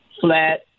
Flat